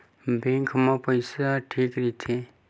Bank मा पईसा ह ठीक राइथे?